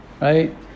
right